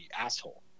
asshole